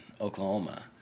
Oklahoma